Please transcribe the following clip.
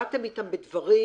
באתם איתם בדברים?